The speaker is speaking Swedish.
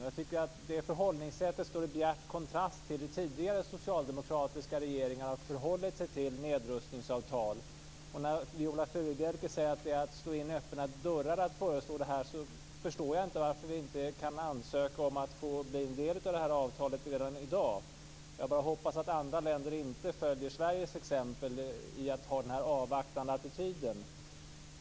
Jag tycker att det förhållningssättet står i bjärt kontrast till hur tidigare socialdemokratiska regeringar har förhållit sig till nedrustningsavtal. När Viola Furubjelke säger att det är att slå in öppna dörrar att föreslå detta förstår jag inte varför vi inte kan ansöka om att få bli en del av detta avtal redan i dag. Jag hoppas bara att andra länder inte följer Sveriges exempel, att inta den här avvaktande attityden.